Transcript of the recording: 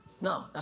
No